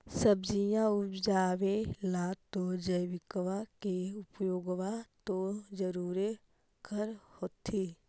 सब्जिया उपजाबे ला तो जैबिकबा के उपयोग्बा तो जरुरे कर होथिं?